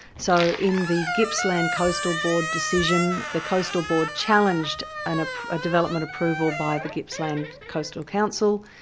so in the gippsland coastal board decision, the coastal board challenged and ah a development approval by the gippsland coastal council,